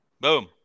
Boom